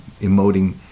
emoting